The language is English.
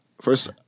First